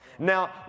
Now